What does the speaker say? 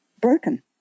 broken